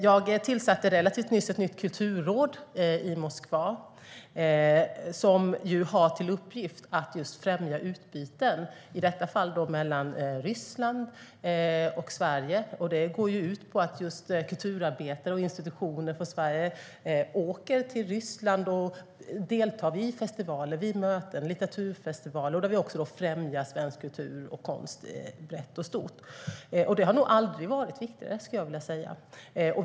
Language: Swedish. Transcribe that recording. Jag tillsatte relativt nyligen ett nytt kulturråd i Moskva, som har till uppgift att främja utbyten, i detta fall mellan Ryssland och Sverige. Det går ut på att kulturarbetare och institutioner från Sverige åker till Ryssland och deltar i festivaler, möten och litteraturfestivaler och främjar svensk kultur och konst brett och stort. Det har nog aldrig varit viktigare, skulle jag vilja säga.